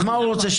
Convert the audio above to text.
אז מה הוא רוצה,